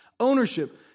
Ownership